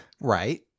Right